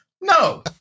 No